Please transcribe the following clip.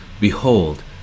Behold